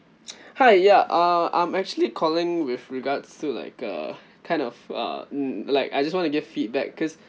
hi ya uh I'm actually calling with regards to like uh kind of uh like I just wanna give feedback cause